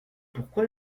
pourquoi